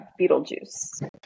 Beetlejuice